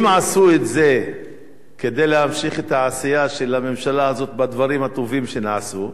אם עשו את זה כדי להמשיך את העשייה של הממשלה הזאת בדברים הטובים שנעשו,